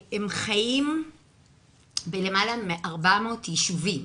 הם חיים בלמעלה מ-400 יישובים.